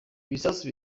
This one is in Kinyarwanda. ibisasu